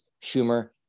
Schumer